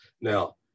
Now